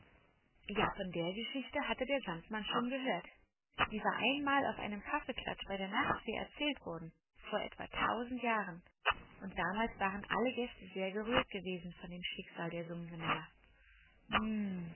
ja von der geschichte hatte der sandmann schon gehört sie war einmal auf einem kaffeeklatsch bei der nachtfee erzählt worden vor etwa tausend jahren und damals waren alle gäste sehr gerührt gewesen von dem schicksal der